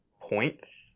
points